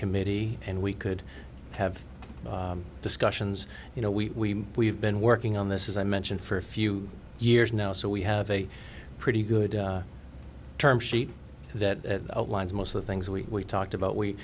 committee and we could have discussions you know we we've been working on this as i mentioned for a few years now so we have a pretty good term sheet that outlines most of the things we talked about we